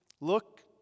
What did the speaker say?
Look